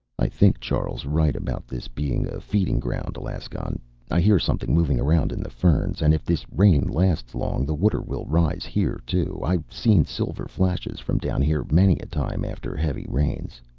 i think charl's right about this being a feeding-ground, alaskon i hear something moving around in the ferns. and if this rain lasts long, the water will rise here, too. i've seen silver flashes from down here many a time after heavy rains.